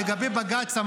אמר לגבי בג"ץ: